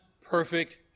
perfect